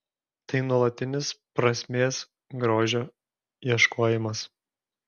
tai nuolatinis prasmės grožio ieškojimas